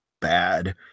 bad